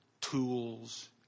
tools